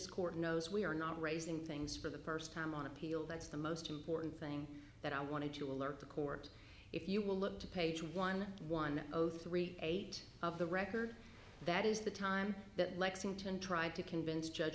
this court knows we are not raising things for the first time on appeal that's the most important thing that i wanted to alert the court if you will look to page one one zero three eight of the record that is the time that lexington tried to convince judge